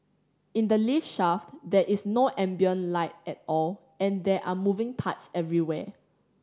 in the lift shaft there is no ambient light at all and there are moving parts everywhere